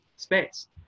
space